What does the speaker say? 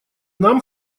нам